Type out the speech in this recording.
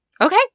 Okay